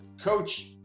coach